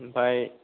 ओमफाय